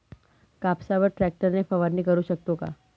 कापसावर ट्रॅक्टर ने फवारणी करु शकतो का?